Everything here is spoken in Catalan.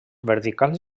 verticals